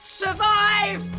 survive